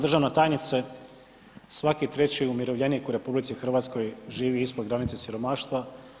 Uvažena državna tajnice, svaki treći umirovljenik u RH živi ispod granice siromaštva.